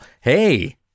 Hey